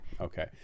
Okay